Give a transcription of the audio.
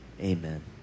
amen